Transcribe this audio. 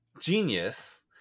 genius